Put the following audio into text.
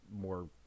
more